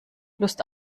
lust